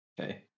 Okay